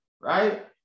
right